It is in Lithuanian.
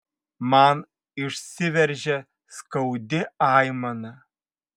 man išsiveržia skaudi aimana